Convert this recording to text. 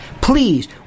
Please